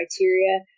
criteria